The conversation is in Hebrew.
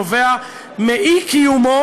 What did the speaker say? נובע מאי-קיומו